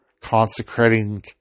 consecrating